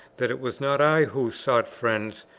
that it was not i who sought friends,